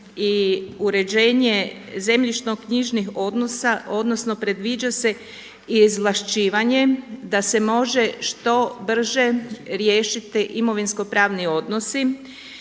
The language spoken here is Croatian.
i uređenje zemljišno-knjižnih odnosa, odnosno predviđa se i izvlašćivanje da se može što brže riješiti imovinsko-pravni odnosi